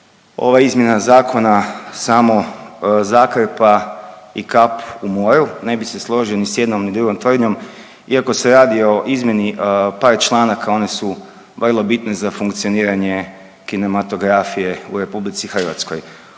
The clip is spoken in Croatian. ova izmjena zakona samo zakrpa i kap u moru, ne bi se složio ni s jednom ni drugom tvrdnjom. Iako se radi o izmjeni par članaka, oni su vrlo bitni za funkcioniranje kinematografije u RH. Ovaj